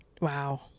Wow